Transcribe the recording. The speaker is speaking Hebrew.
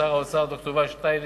שר האוצר ד"ר יובל שטייניץ,